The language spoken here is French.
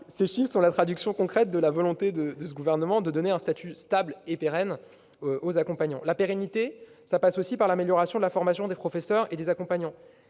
Ces chiffres traduisent concrètement la volonté du Gouvernement d'offrir un statut stable et pérenne aux accompagnants. La pérennité passe également par l'amélioration de la formation des professeurs et des accompagnants.